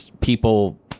people